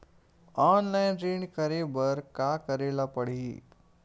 Online ऋण करे बर का करे ल पड़हि?